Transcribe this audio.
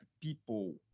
people